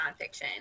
nonfiction